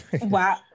Wow